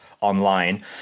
online